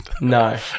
No